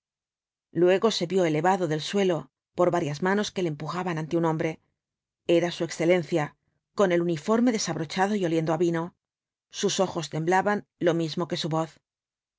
luego se vio elevado del suelo por varias manos que le empujaban ante un hombre era su excelencia con el uniforme desabrochado y oliendo á vino sus ojos temblaban lo mismo que su voz